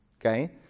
okay